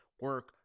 Work